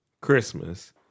Christmas